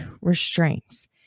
restraints